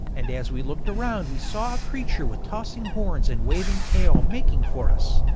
and as we looked around we saw a creature with tossing horns and waving tail making for us,